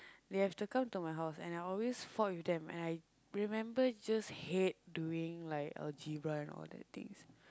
they have to come to my house and I always fought with them and I remember just hate doing like algebra and all that things